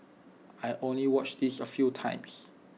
I only watched this A few times